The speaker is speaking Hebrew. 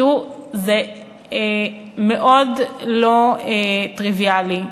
תראו, זה מאוד לא טריוויאלי.